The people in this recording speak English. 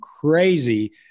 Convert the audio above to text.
crazy